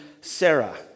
Sarah